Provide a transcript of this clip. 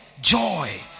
Joy